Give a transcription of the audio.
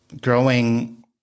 growing